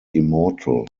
immortal